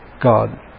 God